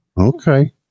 Okay